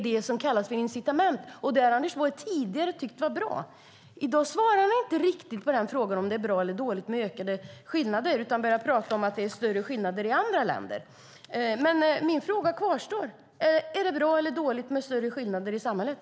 Det kallas incitament, och det tyckte Anders Borg tidigare var bra. I dag svarar han inte på frågan om det är bra eller dåligt med ökade skillnader utan talar om att det är större skillnader i andra länder. Min fråga kvarstår dock: Är det bra eller dåligt med större skillnader i samhället?